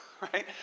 right